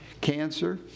cancer